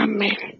Amen